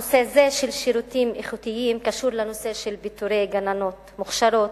נושא זה של שירותים איכותיים קשור לנושא של פיטורי גננות מוכשרות,